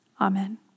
Amen